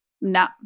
No